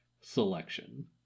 selection